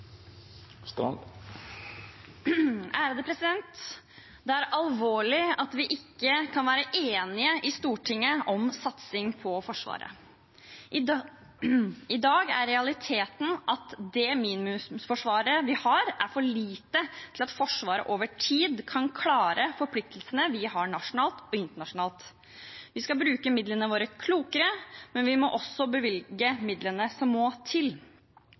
Det er alvorlig at vi ikke kan være enige i Stortinget om satsing på Forsvaret. I dag er realiteten at det minimumsforsvaret vi har, er for lite til at Forsvaret over tid kan klare forpliktelsene vi har nasjonalt og internasjonalt. Vi skal bruke midlene våre klokere, men vi må også bevilge midlene som må til.